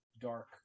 dark